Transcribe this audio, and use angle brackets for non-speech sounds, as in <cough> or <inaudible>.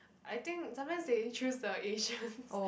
I think sometimes they choose the Asians <laughs>